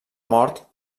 mort